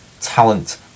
talent